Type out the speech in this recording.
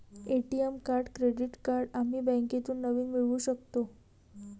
ATM card credit card आम्ही बँकेतून नवीन मिळवू शकतो